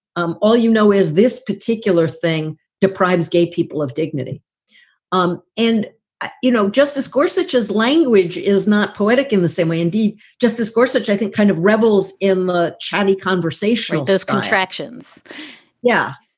um all you know is this particular thing deprives gay people of dignity um and, you know, justice. gorsuch his language is not poetic in the same way. indeed, justice gorsuch i think kind of rebels in the chadi conversation, those contractions yeah,